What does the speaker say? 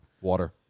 Water